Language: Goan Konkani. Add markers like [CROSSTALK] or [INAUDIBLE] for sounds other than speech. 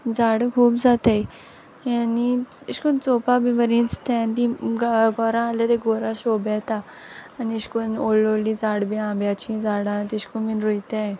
झाड खूब जाताय आनी अशें कोन्न चोवपा बी बोरीं दिसताय आनी [UNINTELLIGIBLE] घरां आहल्यार त्या घोरां शोभा येता आनी अशें कोन्न व्हडल व्हडलीं झाड बी आंब्याचीं झाडां तेशकोन्न बीन रोयताय